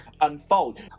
unfold